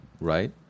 right